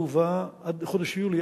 עד לחודש ליולי,